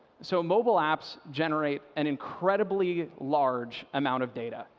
so mobile apps generate an incredibly large amount of data,